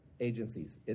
agencies